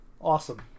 Awesome